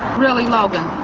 really, logan,